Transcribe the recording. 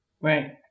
Right